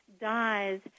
dies